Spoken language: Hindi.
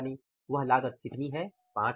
यानि वह लागत कितनी है 500